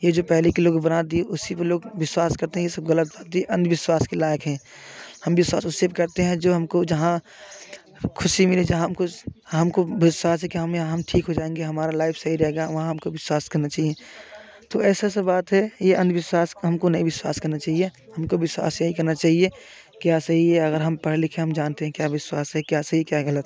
ये जो पहले के लोग बना दिए उसी पर लोग विश्वास करते हैं ये सब गलत बात है अंधविश्वास के लायक हैं हम विश्वास उसी पर करते हैं जो हमको जहाँ खुशी मिले जहाँ हमको हम को विश्वास है कि हमें यहाँ हम ठीक हो जाएँगे हमारा लाइफ सही रहेगा वहाँ हमको विश्वास करना चाहिए तो ऐसा ऐसा बात है ये अंधविश्वास को हमको नहीं विश्वास करना चाहिए हमको विश्वास यह ही करना चाहिए क्या सही है अगर हम पढ़े लिखे हैं हम जानते हैं क्या विश्वास है क्या सही क्या गलत है